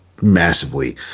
massively